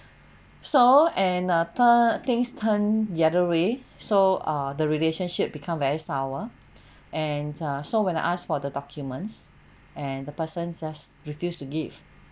so and uh turn things turn the other way so ah the relationship become very sour and err so when I asked for the documents and the person just refused to give